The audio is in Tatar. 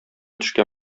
төшкә